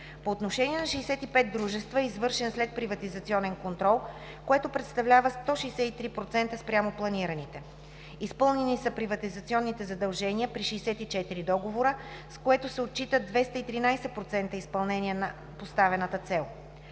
По отношение на 65 дружества е извършен следприватизационен контрол, което представлява 163% спрямо планираните. Изпълнени са приватизационните задължения при 64 договора, с което се отчита 213% изпълнение на поставената цел.